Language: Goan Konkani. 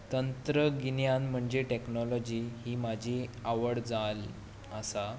तंत्रगिन्यान म्हणजे टॅक्नोलोजी ही म्हजी आवड जावन आसा